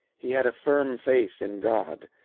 he had a firm faith in god.